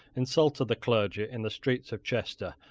insulted the clergy in the streets of chester,